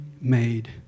made